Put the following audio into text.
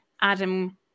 Adam